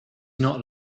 not